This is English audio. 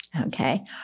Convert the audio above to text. okay